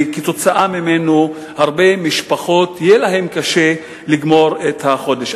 וכתוצאה ממנו הרבה משפחות יהיה להן קשה לגמור את החודש.